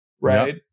right